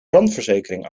brandverzekering